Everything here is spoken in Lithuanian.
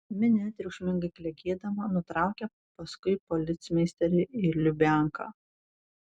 minia triukšmingai klegėdama nutraukė paskui policmeisterį į lubianką